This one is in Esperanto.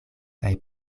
kaj